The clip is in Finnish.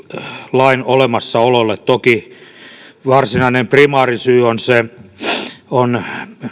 lain olemassaololle toki varsinainen primaarisyy on